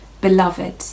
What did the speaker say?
beloved